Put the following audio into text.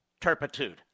turpitude